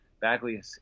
Bagley